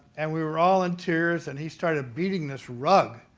and we were all in tears and he started beating this rug.